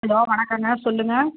hello வணக்கங்க சொல்லுங்க